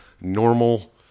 normal